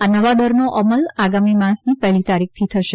આ નવા દરનો અમલ આગામી માસની પહેલી તારીખથી થશે